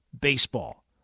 baseball